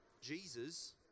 Jesus